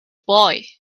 boy